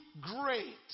great